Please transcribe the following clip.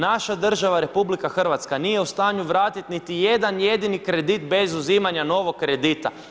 Naša država RH, nije u stanju vratiti niti jedan jedini kredit, bez uzimanja novog kredita.